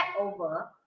over